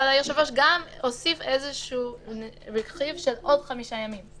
אבל היושב-ראש הוסיף רכיב של עוד חמישה ימים.